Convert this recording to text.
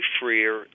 freer